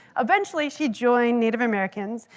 eventually, she joined native americans.